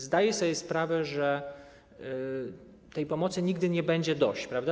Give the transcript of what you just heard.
Zdaję sobie sprawę, że tej pomocy nigdy nie będzie dość, prawda.